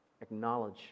acknowledge